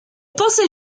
pensait